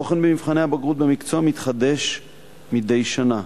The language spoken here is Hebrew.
התוכן במבחני הבגרות במקצוע מתחדש מדי שנה,